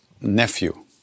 nephew